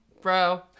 Bro